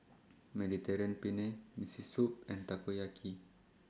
Penne Miso Soup and Takoyaki